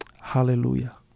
Hallelujah